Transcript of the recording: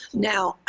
now,